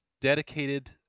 dedicated